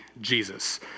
Jesus